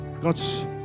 God's